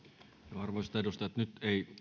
arvoisat edustajat nyt ei